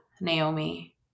Naomi